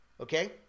okay